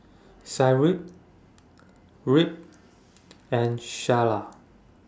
Cyril Reid and Shayla